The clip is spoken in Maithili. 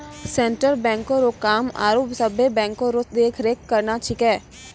सेंट्रल बैंको रो काम आरो सभे बैंको रो देख रेख करना छिकै